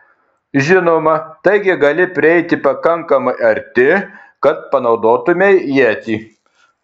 žinoma taigi gali prieiti pakankamai arti kad panaudotumei ietį